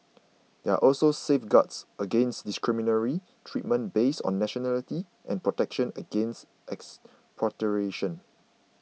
there are also safeguards against discriminatory treatment based on nationality and protection against expropriation